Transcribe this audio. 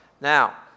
Now